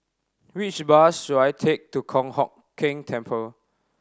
which bus should I take to Kong Hock Keng Temple